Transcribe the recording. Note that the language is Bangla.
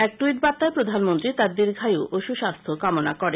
এক টুইট বার্তায় প্রধানমন্ত্রী তাঁর দীর্ঘায়ু ও সুস্বাস্থ্য কামনা করেন